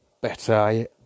better